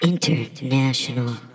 International